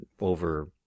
over